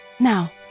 Now